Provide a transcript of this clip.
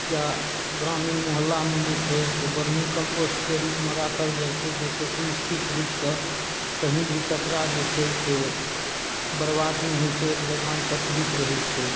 वा ग्रामीण मोहल्लामे जे छै से बर्मिन्ग कम्पोस्टके रुपमे राखल जाइ छै जाहिसँ सुनिश्चित रुपसँ कही भी कचरा जे छै से बर्बाद नहि होयत छै एक जगह एकत्रित रहैत छै